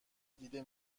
دیده